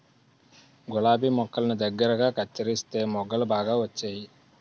గులాబి మొక్కల్ని దగ్గరగా కత్తెరిస్తే మొగ్గలు బాగా వచ్చేయి